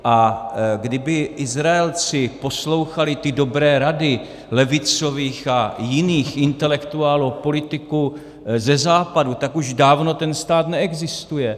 A kdyby Izraelci poslouchali ty dobré rady levicových a jiných intelektuálů a politiků ze Západu, tak už dávno ten stát neexistuje.